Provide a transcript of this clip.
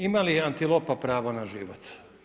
Imali li antilopa pravo na život?